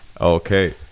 Okay